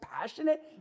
passionate